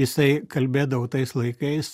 jisai kalbėdavo tais laikais